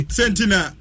Sentina